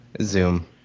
Zoom